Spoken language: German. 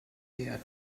der